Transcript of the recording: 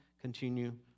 continue